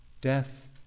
death